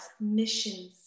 missions